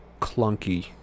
clunky